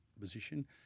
position